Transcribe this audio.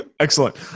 Excellent